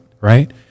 right